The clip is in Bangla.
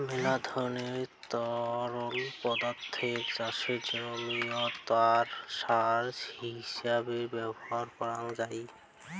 মেলা ধরণের তরল পদার্থকে চাষের জমিয়াত সার হিছাবে ব্যবহার করাং যাই